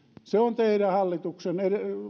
se on teidän hallituksenne